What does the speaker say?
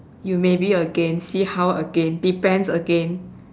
you maybe again see how again depends again